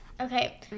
okay